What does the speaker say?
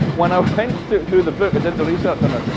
when i went through through the book and did the research on this,